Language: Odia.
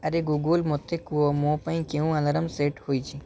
ଆରେ ଗୁଗୁଲ୍ ମୋତେ କୁହ ମୋ ପାଇଁ କେଉଁ ଆଲାର୍ମ ସେଟ୍ ହୋଇଛି